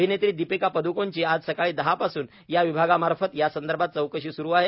अभिनेत्री दीपिका पद्कोणची आज सकाळी दहापासून या विभागामार्फत या संदर्भात चौकशी स्रू आहे